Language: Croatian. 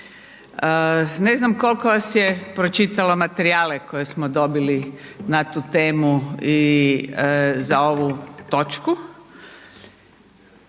Ne znam koliko vas je pročitalo materijale koje smo dobili na tu temu i za ovu točku.